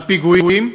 לפיגועים.